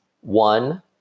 one